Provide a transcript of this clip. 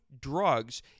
drugs